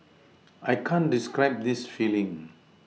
I can't describe this feeling